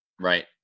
Right